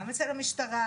גם אצל המשטרה,